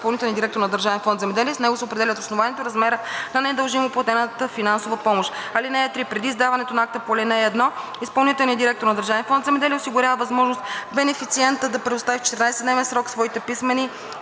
изпълнителния директор на Държавен фонд „Земеделие“ и с него се определят основанието и размерът на недължимо платената финансова помощ. (3) Преди издаването на акта по ал. 1 изпълнителният директор на Държавен фонд „Земеделие“ осигурява възможност бенефициентът да представи в 14-дневен срок своите писмени